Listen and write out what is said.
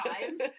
times